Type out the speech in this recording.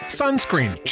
sunscreen